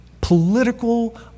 Political